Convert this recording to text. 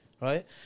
Right